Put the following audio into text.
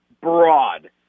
broad